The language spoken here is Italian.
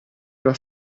era